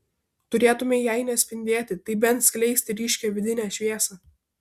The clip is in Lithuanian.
turėtumei jei ne spindėti tai bent skleisti ryškią vidinę šviesą